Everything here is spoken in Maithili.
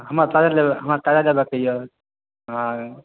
हमरा ताजा ले हमरा ताजा लेबऽ के यऽ हँ